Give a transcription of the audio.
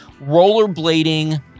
rollerblading